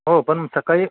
हो पण सकाळी